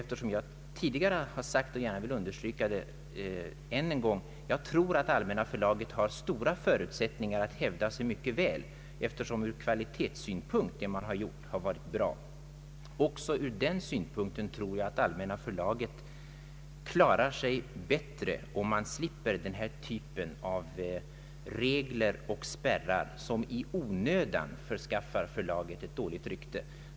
Jag har tidigare sagt, och jag vill understryka det än en gång, att jag tror att Allmänna förlaget har stora förutsättningar att hävda sig där, eftersom mycket av det man gjort varit bra kvalitetsmässigt. även ur den synpunkten tror jag att Allmänna förlaget klarar sig mycket bättre, om man slipper denna typ av regler och spärrar som i onödan förskaffar förlaget dåligt rykte.